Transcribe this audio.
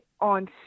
on